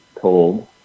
Told